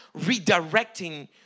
redirecting